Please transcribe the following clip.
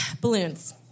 balloons